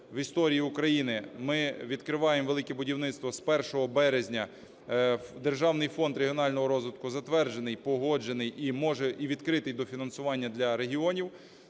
в історії України ми відкриваємо велике будівництво. З 1 березня Державний фонд регіонального розвитку затверджений, погоджений і відкритий до фінансування для регіонів.